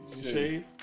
shave